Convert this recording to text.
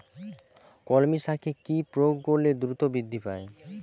কলমি শাকে কি প্রয়োগ করলে দ্রুত বৃদ্ধি পায়?